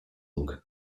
long